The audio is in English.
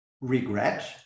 regret